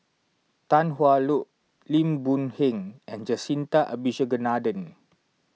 Tan Hwa Luck Lim Boon Heng and Jacintha Abisheganaden